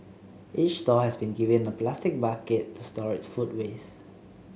each stall has been given a plastic bucket to store its food waste